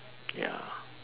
ya